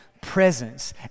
presence